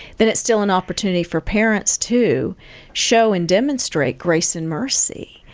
then it's still an opportunity for parents too show and demonstrate grace and mercy,